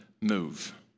move